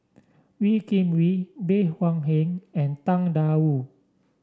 Wee Kim Wee Bey Hua Heng and Tang Da Wu